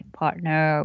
partner